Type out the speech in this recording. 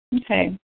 Okay